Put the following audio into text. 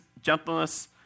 gentleness